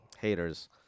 Haters